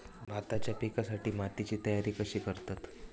भाताच्या पिकासाठी मातीची तयारी कशी करतत?